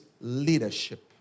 leadership